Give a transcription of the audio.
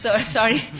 sorry